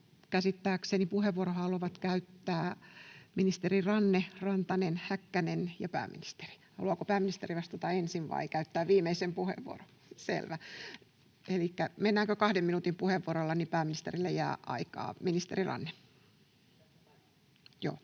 käsittääkseni puheenvuoron haluavat käyttää ministerit Ranne, Rantanen ja Häkkänen ja pääministeri. Haluaako pääministeri vastata ensin vai käyttää viimeisen puheenvuoron? — Selvä. Elikkä mennään kahden minuutin puheenvuoroilla, niin että pääministerille jää aikaa. — Ministeri Ranne.